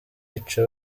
yica